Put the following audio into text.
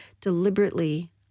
deliberately